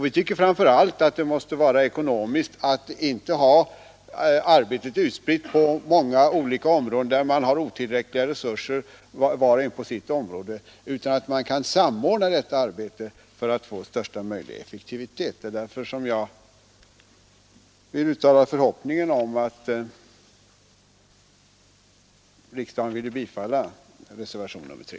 Vi tycker framför allt att det skulle vara rationellt att inte ha arbetet utspritt på många olika organ som var och en på sitt område har otillräckliga resurser, utan att i stället samordna detta arbete för att få största möjliga effektivitet. Det är därför jag uttalar förhoppningen att riksdagen ville bifalla reservationen 3.